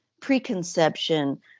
preconception